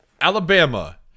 Alabama